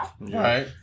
right